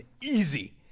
easy